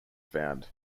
found